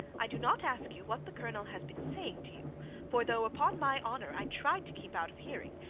i do not ask you what the colonel has been saying to you for though, upon my honour, i tried to keep out of hearing,